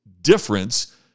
difference